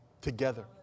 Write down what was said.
together